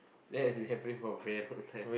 that has been happening for a very long time